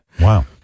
Wow